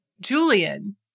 Julian